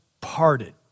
parted